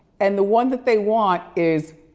and the one that they want is